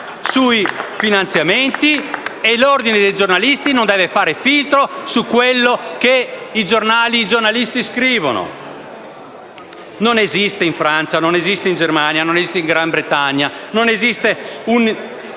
sui finanziamenti e l'Ordine dei giornalisti non deve fare filtro su quello che i giornalisti scrivono. Non esiste in Francia, in Germania o in Gran Bretagna un esame di